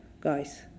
guys